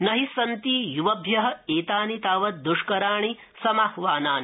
न हि सन्ति युवभ्य ज्ञानि तावत् दुष्कराणि समाह्वानानि